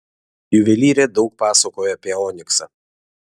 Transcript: juvelyrė daug pasakojo apie oniksą